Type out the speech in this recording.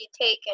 taken